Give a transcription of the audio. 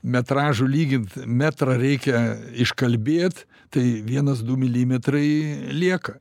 metražų lygint metrą reikia iškalbėt tai vienas du milimetrai lieka